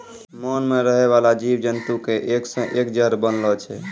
मान मे रहै बाला जिव जन्तु के एक से एक जहर बनलो छै